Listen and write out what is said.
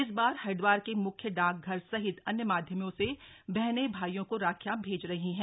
इस बार हरिदवार के मुख्य डाक घर सहित अन्य माध्यमों से बहनें भाइयों को राखियां भेज रही हैं